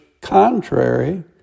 contrary